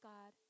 God